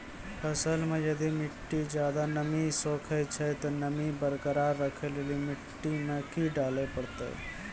फसल मे यदि मिट्टी ज्यादा नमी सोखे छै ते नमी बरकरार रखे लेली मिट्टी मे की डाले परतै?